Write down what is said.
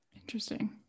Interesting